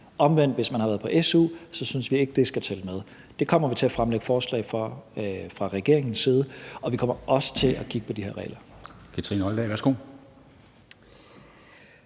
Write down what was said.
med, hvis man har været på su. Det kommer vi til at fremlægge forslag om fra regeringens side, og vi kommer også til at kigge på de her regler.